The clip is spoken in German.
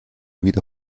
wieder